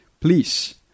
Please